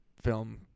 film